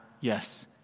Yes